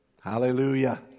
Hallelujah